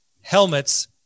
helmets